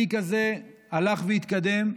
התיק הזה הלך והתקדם.